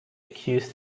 accused